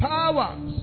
Powers